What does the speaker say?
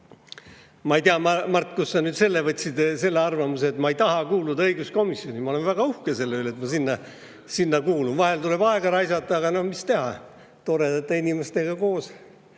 Ma ei tea, Mart, kust sa selle arvamuse võtsid, et ma ei taha kuuluda õiguskomisjoni. Ma olen väga uhke selle üle, et ma sinna kuulun. Vahel tuleb aega raisata, aga no mis teha, toredate inimestega koos